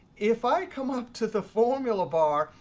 if i come up to the formula bar,